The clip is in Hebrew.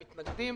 הם מתנגדים